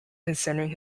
concerning